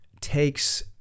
takes